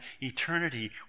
eternity